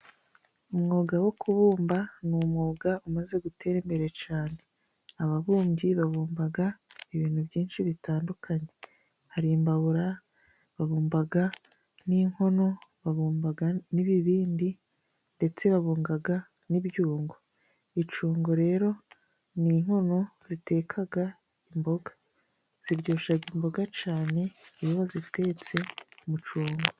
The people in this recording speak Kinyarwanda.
Umwuga wo kubumba ni umwuga umaze gutera imbere cane, ababumbyi babumbaga ibintu byinshi bitandukanye, hari imbabura, babumbaga n'inkono babumbaga n'ibibindi ndetse babumbaga n'ibyungo. Icungo rero ni inkono zitekaga imboga, ziryoshaga imboga cane iyo wazitetse mu cungo.